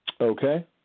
Okay